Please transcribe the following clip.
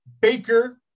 Baker